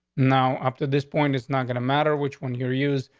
now, up to this point, it's not gonna matter which one you're used.